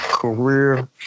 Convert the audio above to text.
Career